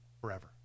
forever